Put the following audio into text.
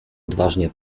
odważnie